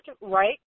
right